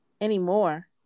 Anymore